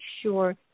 sure